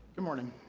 good morning,